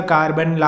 Carbon